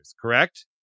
correct